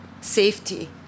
safety